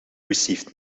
received